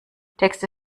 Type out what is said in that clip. texte